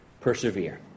Persevere